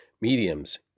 mediums